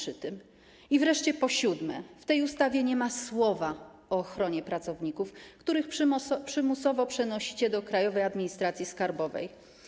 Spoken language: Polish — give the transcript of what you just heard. I wreszcie po siódme, w tej ustawie nie ma słowa o ochronie pracowników, których przymusowo przenosicie do Krajowej Administracji Skarbowej.